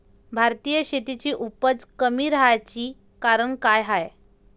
भारतीय शेतीची उपज कमी राहाची कारन का हाय?